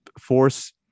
force